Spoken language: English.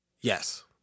Yes